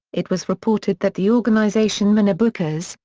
it was reported that the organization moneybookers,